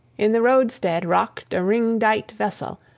in the roadstead rocked a ring-dight vessel,